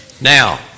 Now